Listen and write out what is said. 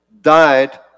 died